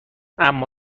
اما